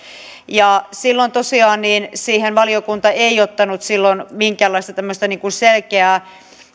silloin tosiaan siihen valiokunta ei ottanut minkäänlaista selkeää